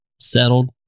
settled